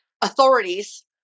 authorities